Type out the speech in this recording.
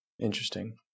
Interesting